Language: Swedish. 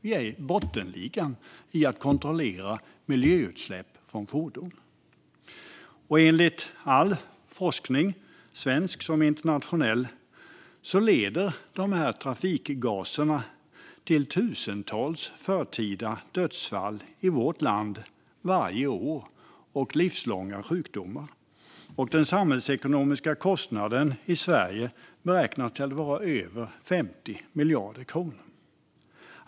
Vi är i bottenligan när det gäller att kontrollera utsläpp från fordon. Enligt all forskning, svensk som internationell, leder trafikavgaserna till livslånga sjukdomar och tusentals förtida dödsfall i Sverige varje år. Den samhällsekonomiska kostnaden i Sverige beräknas vara över 50 miljarder kronor.